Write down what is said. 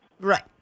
Right